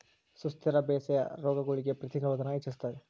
ಸುಸ್ಥಿರ ಬೇಸಾಯಾ ರೋಗಗುಳ್ಗೆ ಪ್ರತಿರೋಧಾನ ಹೆಚ್ಚಿಸ್ತತೆ